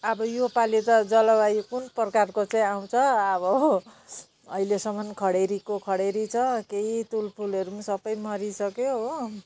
अब यो पालि त जलवायु कुन प्रकारको चाहिँ आउँछ अब अहिलेसम्म खडेरीको खडेरी छ केही तुलफुलहरू सब मरिसक्यो हो